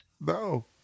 No